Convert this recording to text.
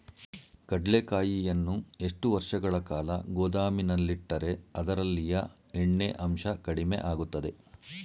ಕಡ್ಲೆಕಾಯಿಯನ್ನು ಎಷ್ಟು ವರ್ಷಗಳ ಕಾಲ ಗೋದಾಮಿನಲ್ಲಿಟ್ಟರೆ ಅದರಲ್ಲಿಯ ಎಣ್ಣೆ ಅಂಶ ಕಡಿಮೆ ಆಗುತ್ತದೆ?